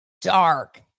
dark